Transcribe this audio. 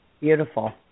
Beautiful